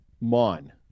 Mon